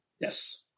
Yes